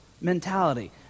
mentality